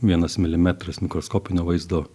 vienas milimetras mikroskopinio vaizdo